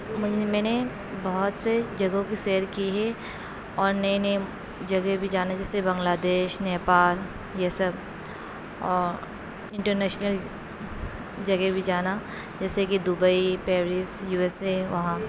میں نے بہت سے جگہوں کی سیر کی ہے اور نئے نئے جگہ بھی جانا جیسے بنگلہ دیش نیپال یہ سب اور انٹر نیشنل جگہ بھی جانا جیسے کہ Dubai Paris U S A وہاں